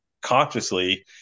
consciously